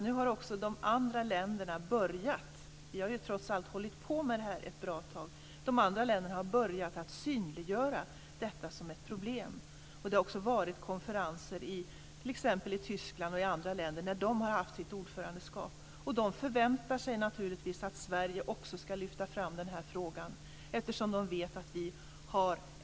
Nu har nämligen de andra länderna börjat - vi har trots allt hållit på med det här ett bra tag - synliggöra detta som ett problem. Det har också varit konferenser i t.ex. Tyskland och andra länder när de har haft sina ordförandeskap. De förväntar sig naturligtvis att Sverige också ska lyfta fram den här frågan.